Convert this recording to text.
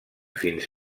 fins